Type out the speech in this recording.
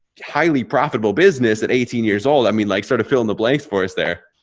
highly profitable business at eighteen years old? i mean, like, sort of fill in the blanks for us there.